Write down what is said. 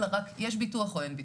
אלא רק אם יש ביטוח או אין ביטוח.